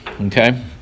okay